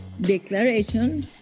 Declaration